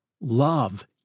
love